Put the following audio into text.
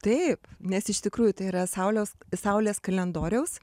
taip nes iš tikrųjų tai yra saulės saulės kalendoriaus